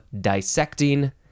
dissecting